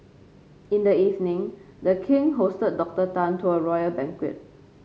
in the evening the king hosted Doctor Tan to a royal banquet